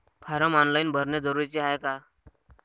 Form online भरने जरुरीचे हाय का?